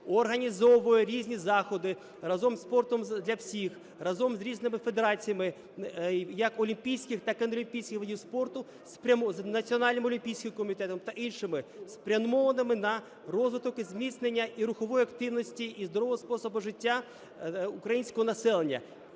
організовує різні заходи разом зі "Спортом для всіх", разом з різними федераціями, як олімпійських, так і неолімпійських видів спорту, з Національним олімпійським комітетом та іншими, спрямованими на розвиток і зміцнення і рухової активності, і здорового способу життя українського населення